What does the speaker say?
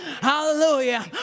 Hallelujah